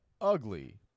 Ugly